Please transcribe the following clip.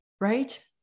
right